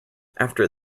after